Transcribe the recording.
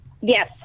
Yes